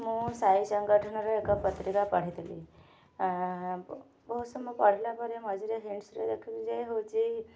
ମୁଁ ସାଇ ସଂଗଠନରେ ଏକ ପତ୍ରିକା ପଢ଼ିଥିଲି ବହୁତ ସମୟ ପଢ଼ିଲା ପରେ ମଝିରେ ହିଣ୍ଟସ୍ରେ ଦେଖିଲି ଯେ ହେଉଛି